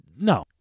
No